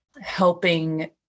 helping